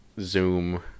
zoom